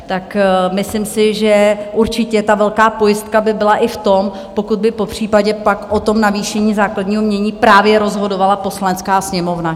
Tak myslím si, že určitě ta velká pojistka by byla i v tom, pokud by popřípadě pak o tom navýšení základního jmění právě rozhodovala Poslanecká sněmovna.